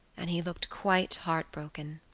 and he looked quite heartbroken.